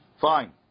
Fine